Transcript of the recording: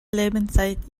lebenszeit